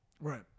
Right